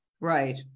Right